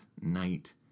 night